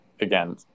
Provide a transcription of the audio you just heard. Again